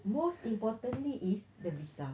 most importantly is the visa